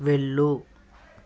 వెళ్ళు